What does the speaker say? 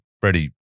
Freddie